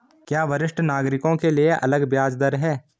क्या वरिष्ठ नागरिकों के लिए अलग ब्याज दर है?